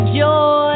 joy